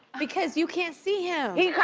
because you can't see him.